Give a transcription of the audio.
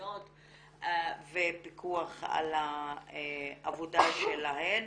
החיצוניות ופיקוח על העבודה שלהן.